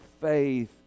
faith